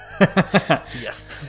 Yes